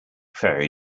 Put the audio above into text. ferry